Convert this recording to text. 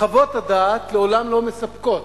חוות הדעת לעולם לא מספקות.